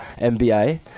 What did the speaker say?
NBA